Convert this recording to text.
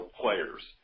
players